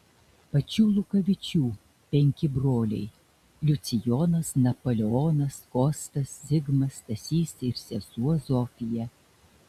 pačių lukavičių penki broliai liucijonas napoleonas kostas zigmas stasys ir sesuo zofija